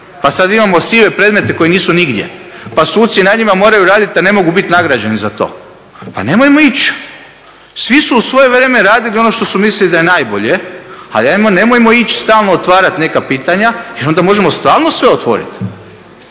pa sad imamo sive predmete koji nisu nigdje, pa suci na njima moraju raditi a ne mogu biti nagrađeni za to, pa nemojmo ić. Svi su u svoje vrijeme radili ono što su mislili da je najbolje, ali nemojmo ići stalno otvarat neka pitanja, jer onda možemo stalno sve otvorit.